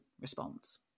response